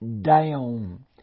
down